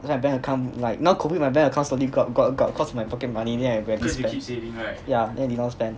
cause my bank account like now COVID my bank account slowly go up go up go up cause my pocket money then I rarely spend yeah then did not spend